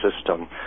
system